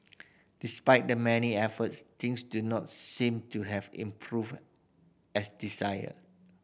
despite the many efforts things do not seem to have improved as desired